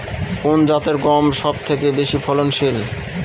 কোন জাতের গম সবথেকে বেশি ফলনশীল?